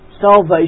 salvation